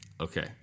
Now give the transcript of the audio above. Okay